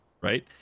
Right